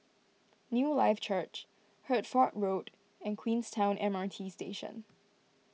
Newlife Church Hertford Road and Queenstown M R T Station